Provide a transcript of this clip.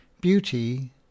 Beauty